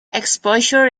exposure